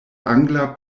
angla